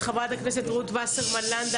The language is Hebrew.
חה"כ רות וסרמן לנדה,